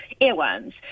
earworms